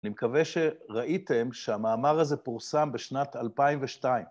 אני מקווה שראיתם שהמאמר הזה פורסם בשנת 2002.